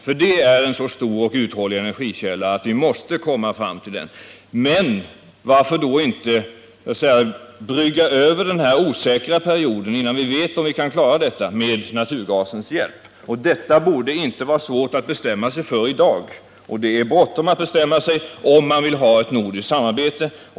Kolet är ju en så stor och uthållig energikälla att vi måste komma fram till den. Men varför då inte med naturgasens hjälp brygga över den här osäkra perioden innan man vet om man kan klara detta? Detta borde inte vara svårt att bestämma sig för i dag, och det är bråttom att bestämma sig om vi vill ha ett nordiskt samarbete.